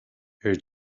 her